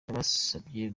yabasabye